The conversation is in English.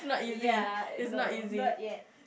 ya no not yet